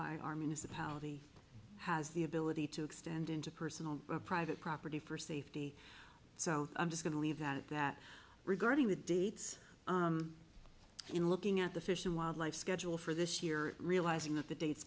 by our municipality has the ability to extend into personal private property for safety so i'm just going to leave that that regarding the dates in looking at the fish and wildlife schedule for this year realizing that the dates